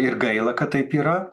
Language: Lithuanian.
ir gaila kad taip yra